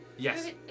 Yes